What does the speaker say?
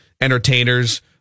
entertainers